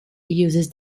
uses